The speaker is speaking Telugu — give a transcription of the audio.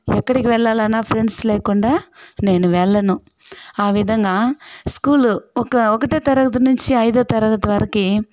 ఎక్కడికి వెళ్లాలన్న ఫ్రెండ్స్ లేకుండా నేను వెళ్ళను ఆ విధంగా స్కూలు ఒక ఒకటో తరగతి నుంచి అయిదో తరగతి వరుకే